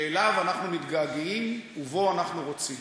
שאליו אנחנו מתגעגעים ובו אנחנו רוצים.